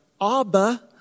Abba